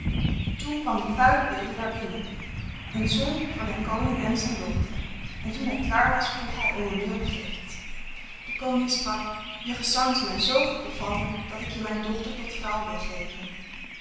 toen kwam de vuile bedelaar binnen en zong voor den koning en zijn dochter en toen hij klaar was vroeg hij om een milde gift de koning sprak je gezang is mij zoo goed bevallen dat ik je mijn dochter tot vrouw wil geven